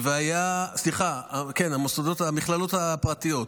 המכללות הפרטיות.